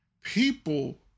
people